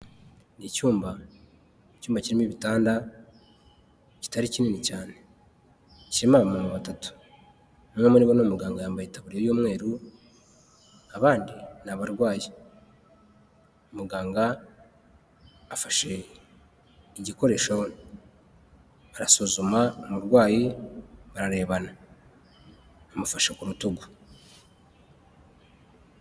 Icyumba kirimo ibitandatari kitari kinini cyane, kirimo abantu batatu, umwe muri bo ni umuganga yambaye itaburiya y'umweru, abandi ni abarwayi, muganga afashe igikoresho arasuzuma umurwayi bararebana amufasha ku rutugu.